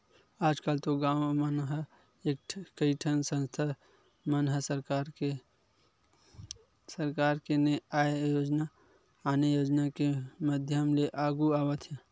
आजकल तो गाँव मन म कइठन संस्था मन ह सरकार के ने आने योजना के माधियम ले आघु आवत हे